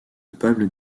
peuple